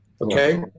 okay